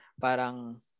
Parang